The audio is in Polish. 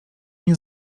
nie